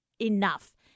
enough